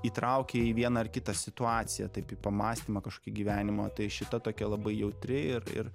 įtraukia į vieną ar kitą situaciją taip į pamąstymą kažkokį gyvenimą tai šita tokia labai jautri ir ir